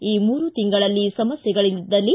ಈ ಮೂರು ತಿಂಗಳಲ್ಲಿ ಸಮಸ್ಥೆಗಳಿದ್ದಲ್ಲಿ